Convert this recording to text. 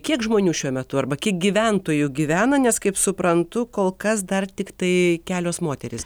kiek žmonių šiuo metu arba kiek gyventojų gyvena nes kaip suprantu kol kas dar tiktai kelios moterys